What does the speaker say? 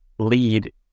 lead